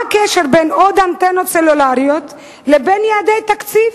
מה הקשר בין עוד אנטנות סלולריות לבין יעדי תקציב?